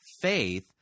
faith